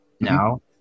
now